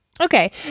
Okay